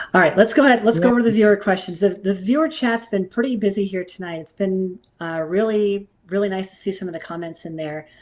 right let's go ahead let's go over the viewer questions. the the viewer chat's been pretty busy here tonight it's been ah really really nice to see some of the comments in there.